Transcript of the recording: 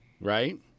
Right